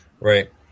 Right